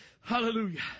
Hallelujah